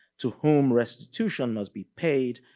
to whom restitution must be paid,